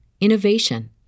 innovation